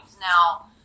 Now